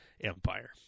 Empire